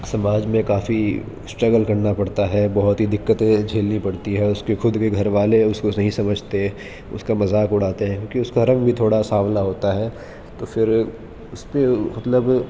سماج میں کافی اسٹرگل کرنا پڑتا ہے بہت ہی دقتیں جھیلنی پڑتی ہیں اس کے خود کے گھر والے اس کو نہیں سمجھتے اس کا مذاق اڑاتے ہیں کیونکہ اس کا رنگ بھی تھوڑا سانولا ہوتا ہے تو پھر اس پہ مطلب